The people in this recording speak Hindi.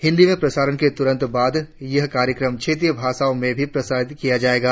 हिंदी में प्रसारण के तुरंत बाद यह कार्यक्रम क्षेत्रीय भाषाओं में भी प्रसारित किया जाएगा